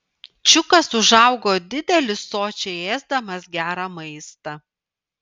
čiukas užaugo didelis sočiai ėsdamas gerą maistą